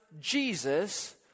Jesus